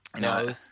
No